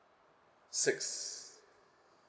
six